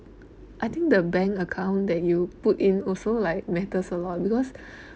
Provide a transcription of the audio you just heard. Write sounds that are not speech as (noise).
I think the bank account that you put in also like matters a lot because (breath)